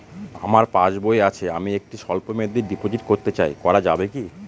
আমার পাসবই আছে আমি একটি স্বল্পমেয়াদি ডিপোজিট করতে চাই করা যাবে কি?